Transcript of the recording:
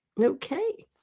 Okay